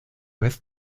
vez